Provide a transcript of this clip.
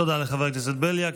תודה לחבר הכנסת בליאק.